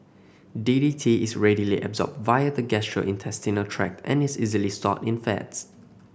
D D T is readily absorbed via the gastrointestinal tract and is easily stored in fats